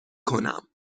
کنم